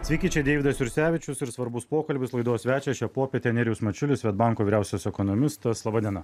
sveiki čia deividas jursevičius ir svarbus pokalbis laidos svečias šią popietę nerijus mačiulis svedbanko vyriausias ekonomistas laba diena